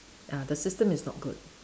ah the system is not good